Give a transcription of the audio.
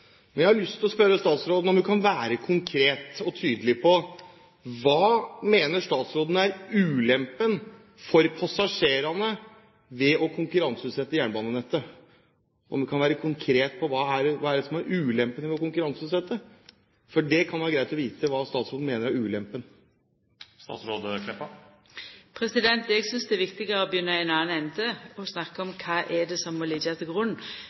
Men jeg har lyst til å spørre statsråden om hun kan være konkret og tydelig på: Hva mener statsråden er ulempen for passasjerene ved å konkurranseutsette jernbanenettet? Kan hun være konkret på: Hva er det som er ulempen ved å konkurranseutsette? Det kan være greit å vite hva statsråden mener er ulempen. Eg synest det er viktigare å begynna i ein annan ende og snakke om kva det er som må liggja til grunn dersom vi skal ha ein verksam konkurranse. Det som då må